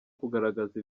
kugaragaza